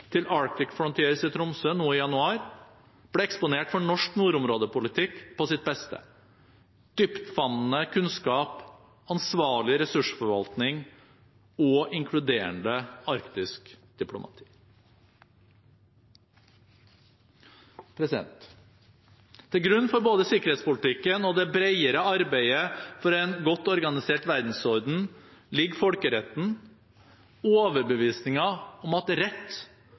til Arctic Frontiers i Tromsø nå i januar ble eksponert for norsk nordområdepolitikk på sitt beste: dyptfavnende kunnskap, ansvarlig ressursforvaltning og inkluderende arktisk diplomati. Til grunn for både sikkerhetspolitikken og det bredere arbeidet for en godt organisert verdensorden ligger folkeretten, overbevisningen om at rett